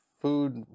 food